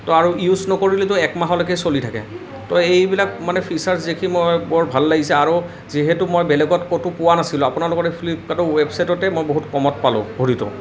তো আৰু ইউচ নকৰিলেতো একমাহলৈকে চলি থাকে তো এইবিলাক মানে ফীচাৰ্চ দেখি মই বৰ ভাল লাগিছে আৰু যিহেতু মই বেলেগত কতো পোৱা নাছিলোঁ আপোনালোকৰে ফ্লিপকাৰ্ডৰ ৱেৱচাইটতে মই বহুত কমত পালোঁ ঘড়ীটো